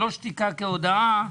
זאת לא שתיקה כהודאה.